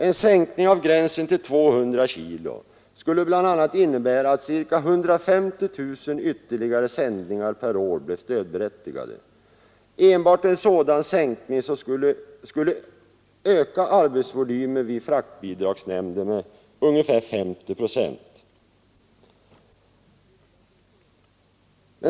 En sänkning av gränsen till 200 kg skulle dock bl.a. innebära att ca 150 000 ytterligare sändningar per år blev stödberättigade. Enbart en sådan sänkning skulle öka arbetsvolymen vid fraktbidragsnämnderna med ungefär 50 procent.